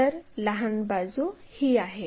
तर लहान बाजू ही आहे